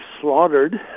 slaughtered